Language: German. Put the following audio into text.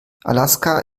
alaska